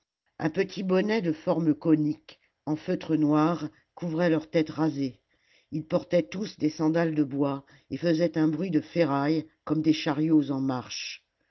un petit bonnet de forme conique en feutre noir couvrait leur tête rasée ils portaient tous des sandales de bois et faisaient un bruit de ferrailles comme des chariots en marche